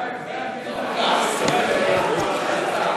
אדוני השר, באמת.